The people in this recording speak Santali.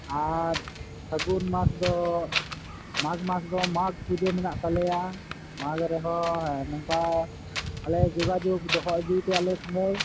ᱟᱨ ᱯᱷᱟᱜᱩᱱ ᱢᱟᱥ ᱫᱚ ᱢᱟᱜᱽ ᱢᱟᱥ ᱫᱚ ᱢᱟᱜᱽ ᱯᱩᱡᱟᱹ ᱢᱮᱱᱟᱜ ᱛᱟᱞᱮᱭᱟ ᱢᱟᱜᱽ ᱨᱮᱦᱚᱸ ᱱᱚᱝᱠᱟ ᱟᱞᱮ ᱡᱚᱜᱟᱡᱳᱜ ᱫᱚᱦᱚ ᱤᱫᱤ ᱯᱮ ᱟᱞᱮ ᱥᱚᱸᱜᱮᱡ